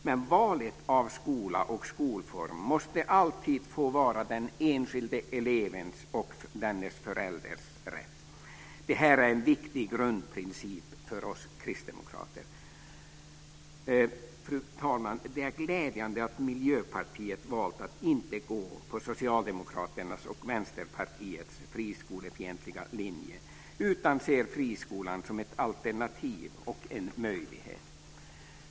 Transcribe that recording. Men valet av skola och skolform måste alltid få vara den enskilda elevens och hans eller hennes förälders rätt. Detta är en viktig grundprincip för oss kristdemokrater. Fru talman! Det är glädjande att Miljöpartiet valt att inte gå på Socialdemokraternas och Vänsterpartiets friskolefientliga linje, utan ser friskolan som ett alternativ och en möjlighet.